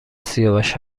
سیاوش